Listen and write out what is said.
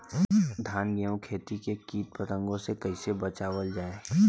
धान गेहूँक खेती के कीट पतंगों से कइसे बचावल जाए?